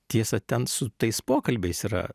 tiesa ten su tais pokalbiais yra